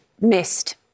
missed